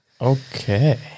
Okay